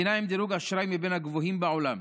מדינה עם דירוג אשראי מבין הגבוהים בעולם.